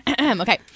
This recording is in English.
okay